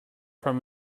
from